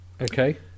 Okay